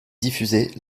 diffusée